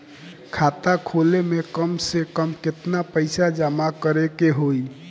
खाता खोले में कम से कम केतना पइसा जमा करे के होई?